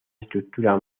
estructura